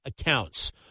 accounts